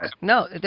No